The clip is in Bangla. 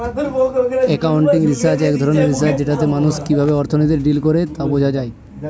একাউন্টিং রিসার্চ এক ধরনের রিসার্চ যেটাতে মানুষ কিভাবে অর্থনীতিতে ডিল করে তা বোঝা যায়